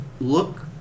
look